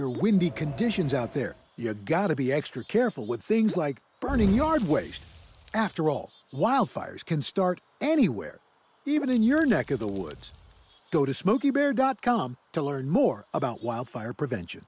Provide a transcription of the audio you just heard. or windy conditions out there you have got to be extra careful with things like burning yard waste after all wildfires can start anywhere even in your neck of the woods go to smokey bear dot com to learn more about wildfire prevention